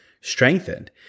strengthened